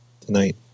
tonight